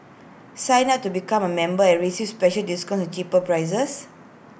sign up to become A member and receive special discounts and cheaper